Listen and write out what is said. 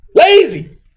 Lazy